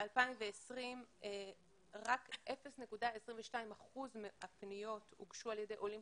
בשנת 2020 רק 0.22 אחוז מפניות הוגשו על ידי עולים